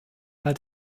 had